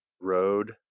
road